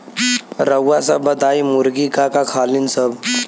रउआ सभ बताई मुर्गी का का खालीन सब?